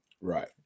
Right